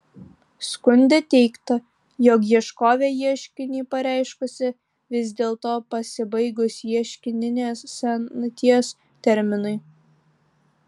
skunde teigta jog ieškovė ieškinį pareiškusi vis dėlto pasibaigus ieškininės senaties terminui